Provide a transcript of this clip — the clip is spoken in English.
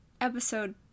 episode